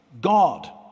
God